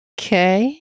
Okay